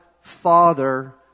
father